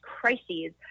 crises